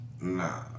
Nah